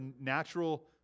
natural